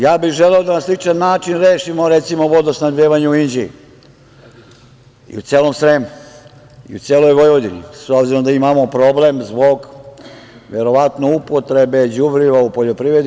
Ja bih želeo da na sličan način rešimo, recimo, vodosnabdevanje u Inđiji i u celom Sremu i u celoj Vojvodini, s obzirom da imamo problem zbog verovatno upotrebe đubriva u poljoprivredi.